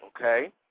Okay